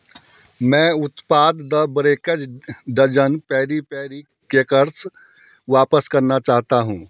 मैं उत्पाद द ब्रेकज डज़न पैरी पैरी केकर्स वापस करना चाहता हूँ